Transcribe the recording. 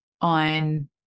on